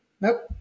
Nope